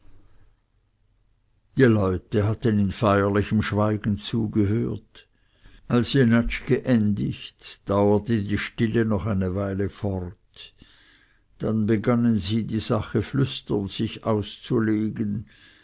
die leute hatten in feierlichem schweigen zugehört als jenatsch geendigt dauerte die stille noch eine weile fort dann begannen sie die sache flüsternd sich auszulegen